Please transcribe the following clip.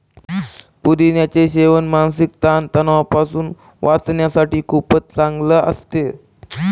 पुदिन्याच सेवन मानसिक ताण तणावापासून वाचण्यासाठी खूपच चांगलं असतं